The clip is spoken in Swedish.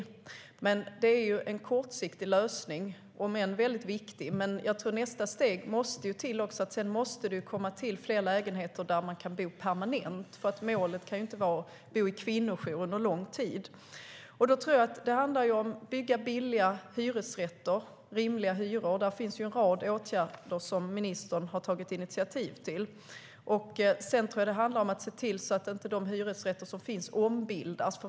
Men detta är en kortsiktig lösning, om än väldigt viktig. Nästa steg måste också till. Det måste komma till fler lägenheter där kvinnorna kan bo permanent. Målet kan ju inte vara att bo på kvinnojour under en lång tid. Det handlar om att bygga billiga hyresrätter med rimliga hyror. Där finns en rad åtgärder som ministern har tagit initiativ till. Det handlar också om att se till att de hyresrätter som finns inte ombildas.